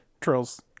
Trills